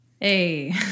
Hey